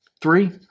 Three